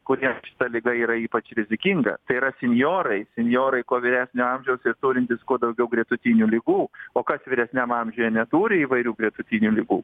kuriem šita liga yra ypač rizikinga tai yra sinjorai sinjorai kuo vyresnio amžiaus ir turintys kuo daugiau gretutinių ligų o kas vyresniam amžiuje neturi įvairių gretutinių ligų